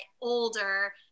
older